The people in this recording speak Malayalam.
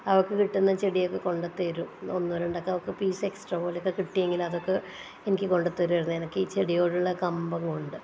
അവൾക്ക് കിട്ടുന്ന ചെടിയൊക്കെ കൊണ്ടുത്തരും ഒന്നോ രണ്ടോ ഒക്കെ അവൾക്ക് പീസ് എക്സ്ട്രാ പോലെ ഒക്കെ കിട്ടിയെങ്കിൽ അതൊക്കെ എനിക്ക് കൊണ്ടുത്തരുവായിരുന്നു എനിക്ക് ചെടിയോടുള്ള കമ്പം കൊണ്ട്